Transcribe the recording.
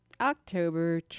October